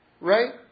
Right